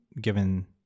given